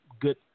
good